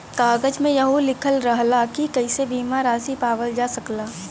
कागज में यहू लिखल रहला की कइसे बीमा रासी पावल जा सकला